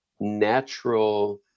natural